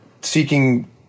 seeking